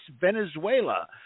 Venezuela